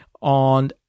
on